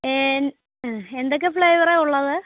എന്തൊക്കെ ഫ്ലേവറാണ് ഉള്ളത്